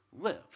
live